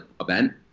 event